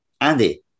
Andy